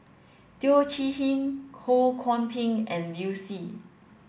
Teo Chee Hean Ho Kwon Ping and Liu Si